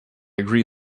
agree